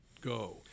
go